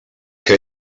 que